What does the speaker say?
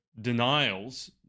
denials